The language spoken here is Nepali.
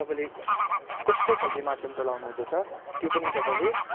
तपाईँले कस्तो खालको माध्यम चलाउनु हुँदैछ त्यो पनि तपाईँले